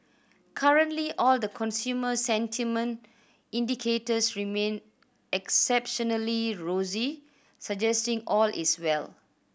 currently all the consumer sentiment indicators remain exceptionally rosy suggesting all is well